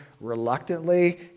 reluctantly